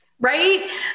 right